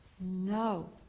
no